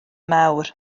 mawr